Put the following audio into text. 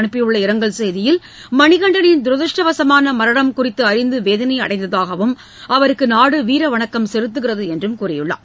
அனுப்பியுள்ள இரங்கல் செய்தியில் மணிகண்டனின் தரதிருஷ்டவசமான மரணம் குறித்து அறிந்து வேதளை அடைந்ததாகவும் அவருக்கு நாடு வீர வணக்கம் செலுத்துகிறது என்றும் கூறியுள்ளார்